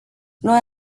noi